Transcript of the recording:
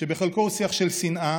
שבחלקו הוא שיח של שנאה,